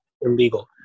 illegal